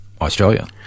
Australia